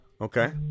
Okay